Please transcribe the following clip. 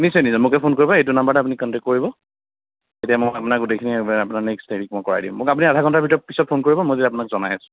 নিশ্চয় নিশ্চয় মোকে ফোন কৰিব এইটো নম্বৰতে আপুনি কণ্টেক্ট কৰিব তেতিয়া মই আপোনাক গোটেইখিনি আপোনাৰ নেক্সট হেৰি মই কৰাই দিম আপুনি আধাঘণ্টা ভিতৰত পিছত ফোন কৰিব মই তেতিয়া আপোনাক জনাই আছো